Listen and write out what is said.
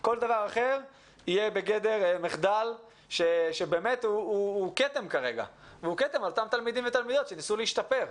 כל דבר אחר יהיה בגדר מחדל שהוא כתם על התלמידים שניסו להשתפר.